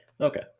Okay